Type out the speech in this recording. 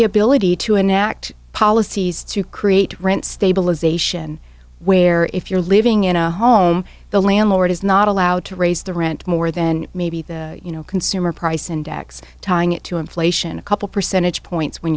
the ability to enact policies to create rent stabilization where if you're living in a home the landlord is not allowed to raise the rent more than maybe the you know consumer price index tying it to inflation a couple percentage points when